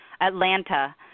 Atlanta